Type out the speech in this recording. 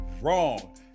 wrong